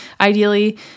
ideally